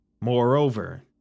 Moreover